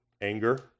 Anger